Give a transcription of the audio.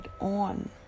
on